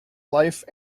life